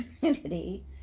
community